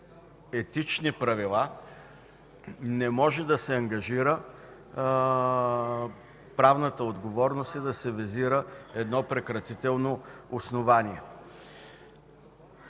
етични правила, не може да се ангажира правната отговорност и да се визира едно прекратително основание.